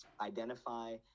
identify